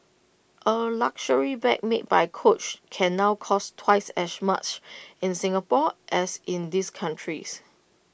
A luxury bag made by coach can now cost twice as much in Singapore as in these countries